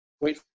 Wait